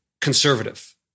conservative